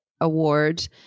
award